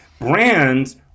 Brands